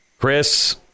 chris